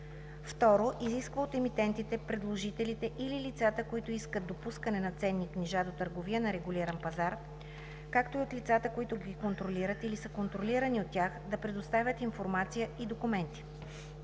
2. изисква от емитентите, предложителите или лицата, които искат допускане на ценни книжа до търговия на регулиран пазар, както и от лицата, които ги контролират или са контролирани от тях, да предоставят информация и документи;